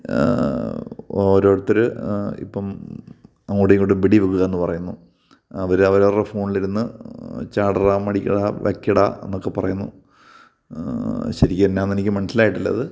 ഓരോരുത്തര് ഇപ്പോള് അങ്ങോട്ടുമിങ്ങോട്ടും പിടികൂടുക എന്ന് പറയുന്നു അവര് അവരവരുടെ ഫോണിലിരുന്ന് ചാടെടാ മടിക്കടാ വയ്ക്കെടാ എന്നൊക്കെ പറയുന്നു ശരിക്കും എന്നാന്നെനിക്ക് മനസ്സിലായിട്ടില്ലത്